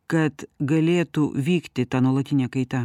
kad galėtų vykti ta nuolatinė kaita